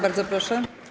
Bardzo proszę.